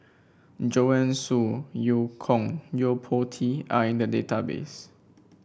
Joanne Soo Eu Kong Yo Po Tee are in the database